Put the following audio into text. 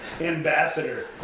ambassador